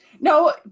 No